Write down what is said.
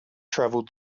travelled